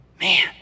Man